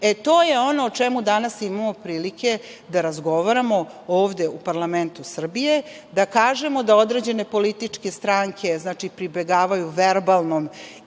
To je ono o čemu danas imamo prilike da razgovaramo ovde u parlamentu Srbije da kažemo da određene političke stranke, znači, pribegavaju verbalnom